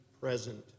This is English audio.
present